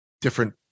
different